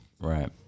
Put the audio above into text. Right